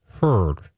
Heard